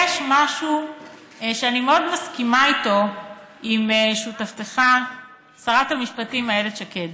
יש משהו שאני מאוד מסכימה בו עם שותפתך שרת המשפטים איילת שקד: